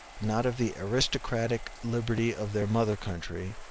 not of the aristocratic liberty of their mother-country,